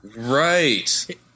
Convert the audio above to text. Right